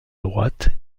droite